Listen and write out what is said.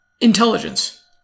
Intelligence